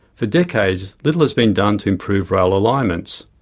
for decades little has been done to improve rail alignments.